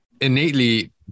innately